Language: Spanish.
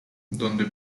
donde